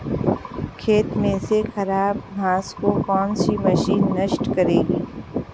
खेत में से खराब घास को कौन सी मशीन नष्ट करेगी?